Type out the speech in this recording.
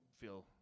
feel